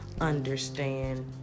understand